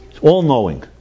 All-knowing